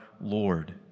Lord